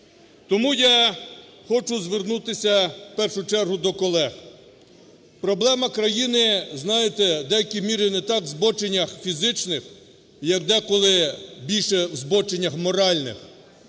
Тому я хочу звернутися в першу чергу до колег. Проблема країни, знаєте, в деякій мірі не так в збоченнях фізичних, як деколи більше в збоченнях моральних,